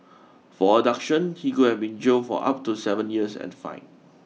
for abduction he could have been jailed for up to seven years and fined